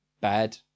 bad